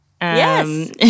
Yes